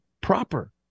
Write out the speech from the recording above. proper